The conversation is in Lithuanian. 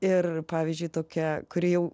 ir pavyzdžiui tokia kuri jau